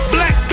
Black